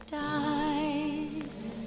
died